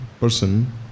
person